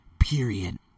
period